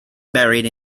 buried